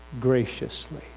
graciously